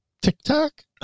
TikTok